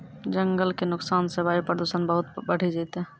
जंगल के नुकसान सॅ वायु प्रदूषण बहुत बढ़ी जैतै